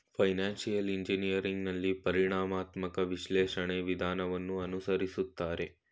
financial engineering ನಲ್ಲಿ ಪರಿಣಾಮಾತ್ಮಕ ವಿಶ್ಲೇಷಣೆ ವಿಧಾನವನ್ನು ಅನುಸರಿಸುತ್ತಾರೆ